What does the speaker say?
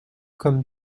comme